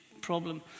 problem